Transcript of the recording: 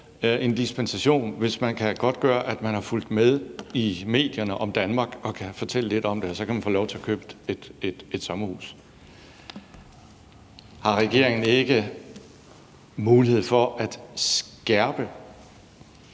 en dispensation, hvis man kan godtgøre, at man har fulgt med i medierne om Danmark og kan fortælle lidt om det. Så kan man få lov til at købe et sommerhus. Har regeringen ikke mulighed for at skærpe